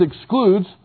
excludes